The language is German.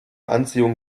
anziehung